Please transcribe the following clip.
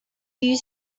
you